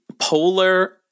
polar